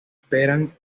esperan